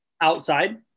outside